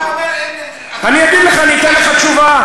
אתה אומר: אין, אני אגיד לך, אני אתן לך תשובה.